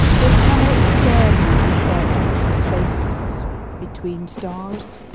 they cannot scare me with their empty spaces between stars.